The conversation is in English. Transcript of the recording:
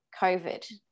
COVID